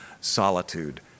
solitude